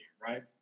Right